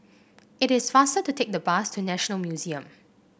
it is faster to take the bus to National Museum